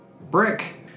Brick